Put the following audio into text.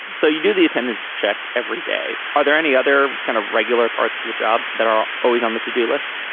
so you do the attendance check every day. are there any other kind of regular parts of the job that are always on the to do list?